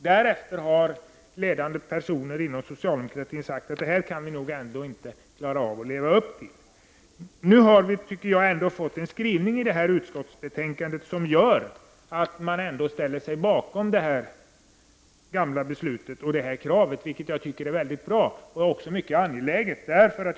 Därefter har ledande personer inom socialdemokraterna sagt att vi nog ändå inte klarar av att leva upp till detta. Nu har ändå utskottet en skrivning i betänkandet i vilket utskottet ställer sig bakom det gamla beslutet och kravet, något som jag anser är mycket bra och angeläget.